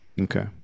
okay